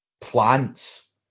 plants